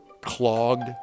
clogged